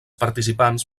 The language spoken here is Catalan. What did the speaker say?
participants